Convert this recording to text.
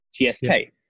GSK